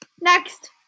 Next